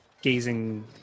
gazing